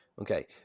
okay